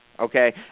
okay